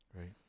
right